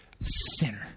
sinner